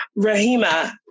Rahima